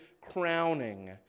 crowning